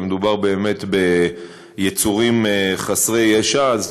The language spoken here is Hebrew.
כי מדובר באמת ביצורים חסרי ישע,